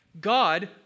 God